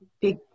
big